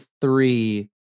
three